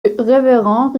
révérend